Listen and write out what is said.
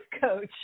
coach